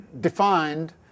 defined